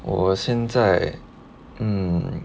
我现在嗯